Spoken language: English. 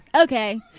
okay